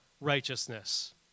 righteousness